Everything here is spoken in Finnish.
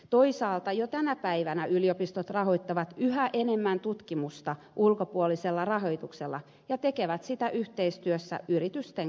toisaalta jo tänä päivänä yliopistot rahoittavat yhä enemmän tutkimusta ulkopuolisella rahoituksella ja tekevät sitä yhteistyössä yritysten kanssa